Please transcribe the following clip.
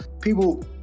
people